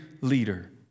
leader